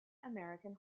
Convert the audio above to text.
american